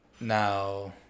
Now